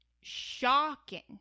shocking